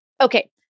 Okay